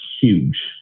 huge